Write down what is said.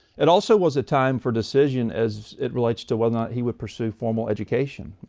it also was a time for decision as it relates to whether he would pursue formal education.